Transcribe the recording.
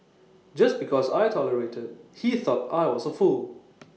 just because I tolerated he thought I was A fool